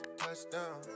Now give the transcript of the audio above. touchdown